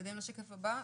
נתקדם לשקף הבא.